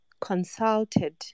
consulted